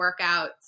workouts